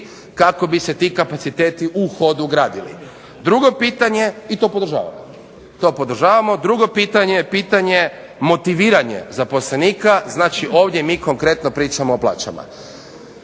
kako bi se ti kapaciteti u hodu gradili i to podržavamo. Drugo pitanje je pitanje motiviranja zaposlenika, znači ovdje mi konkretno pričamo o plaćama.